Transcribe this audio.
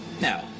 Now